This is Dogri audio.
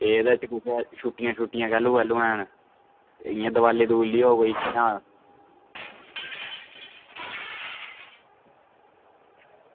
ते एह्दे च छुट्टियां शुट्टिया कैह्लू कैह्लू हैन ते इ'यां देयाली दुवाली होग कुदै कोई इ'यां